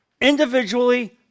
individually